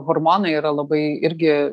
hormonai yra labai irgi